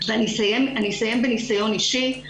אני אסיים בניסיון אישי.